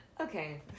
Okay